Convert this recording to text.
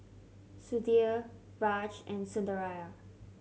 Sudhir Raj and Sundaraiah